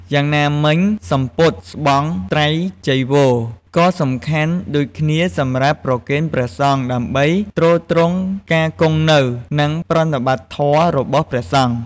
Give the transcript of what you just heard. យ៉ាងណាមិញ សំពត់ ស្បង់ ត្រៃចីវរ ក៏សំខាន់ដូចគ្នាសម្រាប់ប្រគេនព្រះសង្ឃដើម្បីទ្រទ្រង់ការគង់នៅ និងប្រតិបត្តិធម៌របស់ព្រះសង្ឃ។